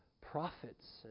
prophets